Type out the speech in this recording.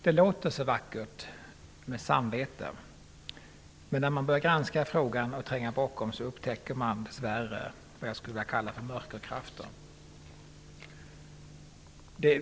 Det låter så vackert med samvete, men när man börjar granska frågan och tränger bakom den, så upptäcker man dess värre vad jag skulle vilja kalla för mörkerkrafter.